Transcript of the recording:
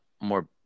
more